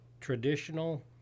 traditional